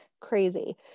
crazy